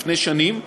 לפני שנים,